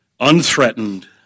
Unthreatened